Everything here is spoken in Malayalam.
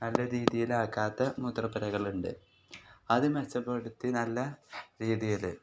നല്ല രീതിയിലാക്കാത്ത മൂത്രപ്പുരകളുണ്ട് അത് മെച്ചപ്പെടുത്തി നല്ല രീതിയിൽ